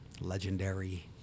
Legendary